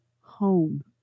home